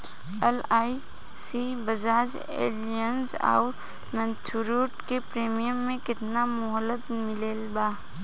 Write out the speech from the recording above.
LIC Bajaj Allianz आउर मुथूट के premium के केतना मुहलत मिलल बा?